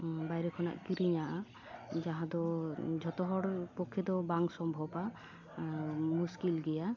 ᱵᱟᱭᱨᱮ ᱠᱷᱚᱱᱟᱜ ᱠᱤᱨᱤᱧᱟ ᱡᱟᱦᱟᱸ ᱫᱚ ᱡᱚᱛᱚ ᱦᱚᱲ ᱯᱚᱠᱷᱮ ᱫᱚ ᱵᱟᱝ ᱥᱚᱢᱵᱷᱚᱵᱟ ᱢᱩᱥᱠᱤᱞ ᱜᱮᱭᱟ